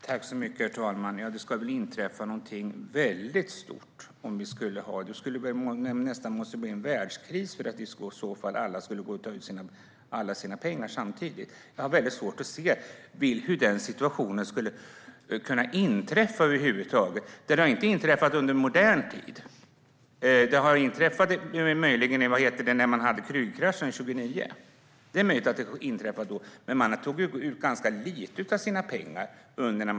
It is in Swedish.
Herr talman! Det ska väl inträffa någonting väldigt stort om alla skulle gå och ta ut alla sina pengar samtidigt, nästan en världskris. Jag har väldigt svårt att se hur den situationen skulle kunna inträffa över huvud taget. Den har inte inträffat under modern tid, möjligen vid Kreugerkraschen. Under den förra krisen tog man ut ganska lite av sina pengar.